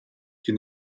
die